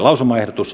lausumaehdotus